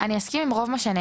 אני מסכימה עם כל מה שנאמר,